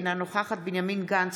אינה נוכחת בנימין גנץ,